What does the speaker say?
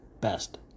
Best